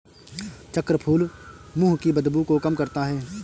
चक्रफूल मुंह की बदबू को कम करता है